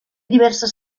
diverses